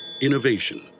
Innovation